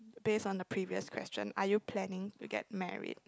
based on the previous question are you planning to get married